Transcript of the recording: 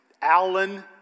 Allen